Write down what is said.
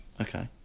Okay